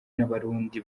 n’abarundi